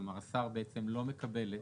כלומר השר בעצם לא מקבל את